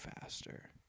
faster